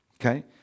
Okay